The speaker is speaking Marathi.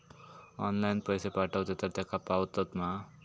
ऑनलाइन पैसे पाठवचे तर तेका पावतत मा?